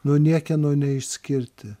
nuo niekieno neišskirti